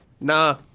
nah